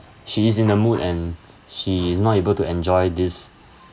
she is in a mood and she is not able to enjoy this